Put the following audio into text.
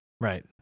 Right